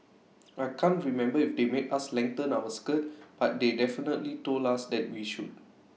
I can't remember if they made us lengthen our skirt but they definitely told us that we should